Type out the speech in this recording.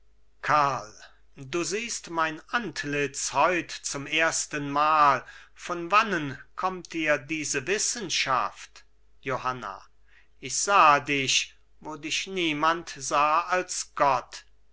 du siehst mein antlitz heut zum erstenmal von wannen kommt dir diese wissenschaft johanna ich sah dich wo dich niemand sah als gott